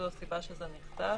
זו הסיבה שזה נכתב.